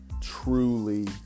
truly